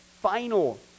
final